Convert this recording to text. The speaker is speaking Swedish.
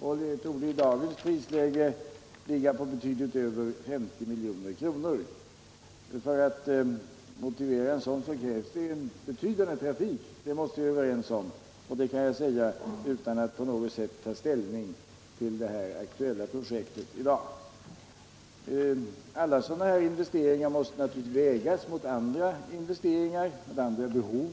Den torde i dagens prisläge ligga på betydligt över 50 milj.kr. För att motivera en sådan investering krävs en betydande trafik — det måste vi vara överens om. Detta kan jag säga utan att på något sätt ta ställning till det här projektet i dag. Alla sådana investeringar måste naturligtvis vägas mot andra behov